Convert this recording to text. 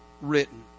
written